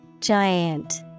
Giant